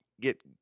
get